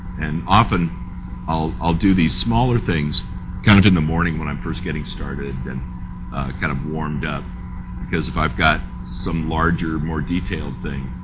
and often i'll i'll do these smaller things kind of in the morning when i first getting started and kind of warmed up because if i've got some larger, more detailed thing,